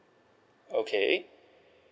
okay